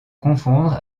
confondre